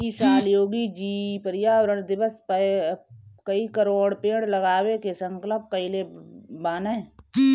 इ साल योगी जी पर्यावरण दिवस पअ कई करोड़ पेड़ लगावे के संकल्प कइले बानअ